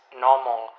normal